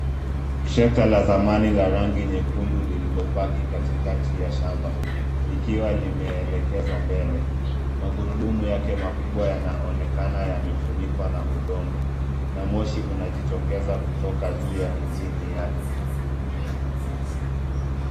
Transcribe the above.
Trekta la zamani la rangi nyekundu lililopaki katikati ya shamba likiwa limeelekezwa mbele. Magurudumu yake makubwa yanaonekana yamefunikwa na udongo na moshi unajitokeza kutoka juu ya injini yake.